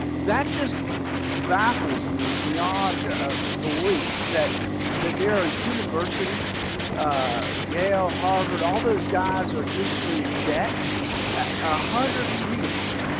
that just baffles me beyond ah belief, that that there are universities yale, harvard, all those guys, are issuing debt a hundred years,